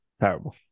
terrible